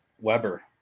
Weber